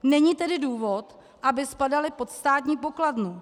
Není tedy důvod, aby spadaly pod Státní pokladnu.